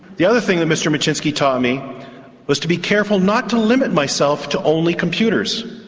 the other thing that mr micsinszki taught me was to be careful not to limit myself to only computers,